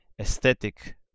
aesthetic